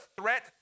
threat